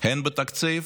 הן לתקציב